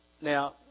Now